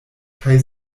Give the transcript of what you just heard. kaj